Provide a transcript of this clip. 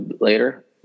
later